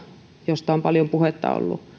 josta on paljon puhetta ollut